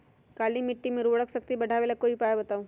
काली मिट्टी में उर्वरक शक्ति बढ़ावे ला कोई उपाय बताउ?